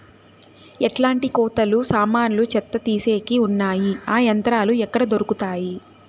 ఎట్లాంటి కోతలు సామాన్లు చెత్త తీసేకి వున్నాయి? ఆ యంత్రాలు ఎక్కడ దొరుకుతాయి?